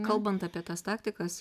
kalbant apie tas taktikas